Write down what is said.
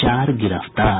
चार गिरफ्तार